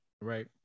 Right